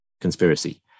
conspiracy